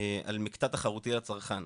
על מקטע תחרותי לצרכן,